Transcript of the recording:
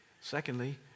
Secondly